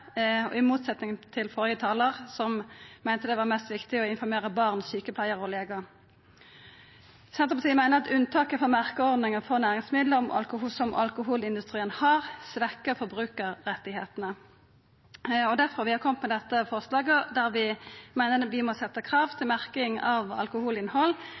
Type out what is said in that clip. i motsetnad til førre talar, som meinte det var mest viktig å informera barn, sjukepleiarar og legar. Senterpartiet meiner at unntaket frå merkeordninga for næringsmiddel som alkoholindustrien har, svekkjer forbrukarrettane. Difor har vi kome med dette forslaget om at ein må setja krav til merking av alkoholinnhald